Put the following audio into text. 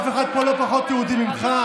אף אחד פה לא פחות יהודי ממך.